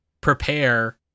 prepare